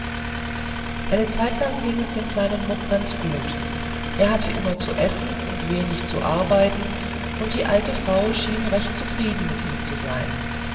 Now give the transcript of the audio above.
eine zeitlang ging es dem kleinen muck ganz gut er hatte immer zu essen und wenig zu arbeiten und die alte frau schien recht zufrieden mit ihm zu sein